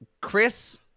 Chris